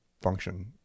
function